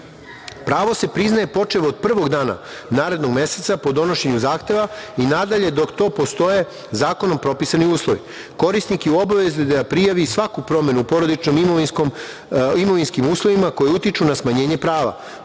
se priznaje počev od prvog dana narednog meseca po donošenju zahteva i nadalje dok za to postoje zakonom propisani uslovi. Korisnik je u obavezi da prijavi svaku promenu porodičnim, imovinskim uslovima koji utiču na smanjenje prava.